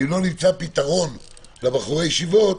ואם לא נמצא פתרון לבחורי הישיבות,